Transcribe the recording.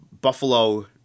Buffalo